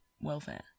welfare